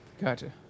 Gotcha